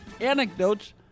anecdotes